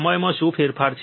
સમયમાં શું ફેરફાર છે